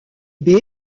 baies